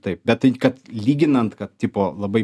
taip bet tai kad lyginant kad tipo labai